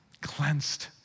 cleansed